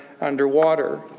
underwater